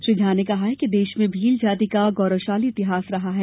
श्री झा ने कहा कि देश में भील जाती का गौरवशाली इतिहास रहा है